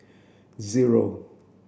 zero